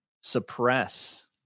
suppress